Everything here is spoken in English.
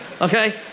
Okay